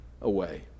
away